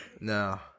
No